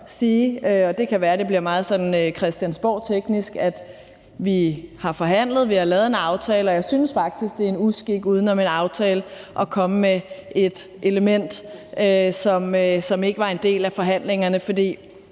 sige – og det kan være, det bliver sådan meget christiansborgteknisk – at vi har forhandlet, vi har lavet en aftale, og jeg synes faktisk, det er en uskik uden om en aftale at komme med et element, som ikke var en del af forhandlingerne. For